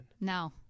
No